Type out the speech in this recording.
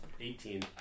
Eighteen